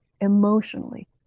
emotionally